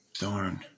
darn